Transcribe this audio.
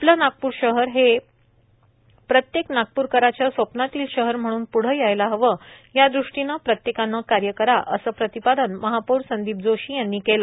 आपलं नागपूर शहर हे प्रत्येक नागपूरकराच्या स्वप्नातील शहर म्हणून प्ढे यायला हवं यादृष्टीने प्रत्येकानं कार्य करा असं प्रतिपादन महापौर संदीप जोशी यांनी केलं